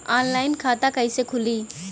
Online खाता कइसे खुली?